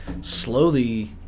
slowly